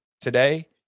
today